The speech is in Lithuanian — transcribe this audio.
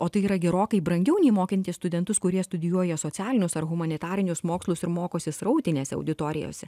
o tai yra gerokai brangiau nei mokinti studentus kurie studijuoja socialinius ar humanitarinius mokslus ir mokosi srautinėse auditorijose